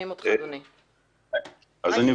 שנים